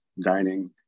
dining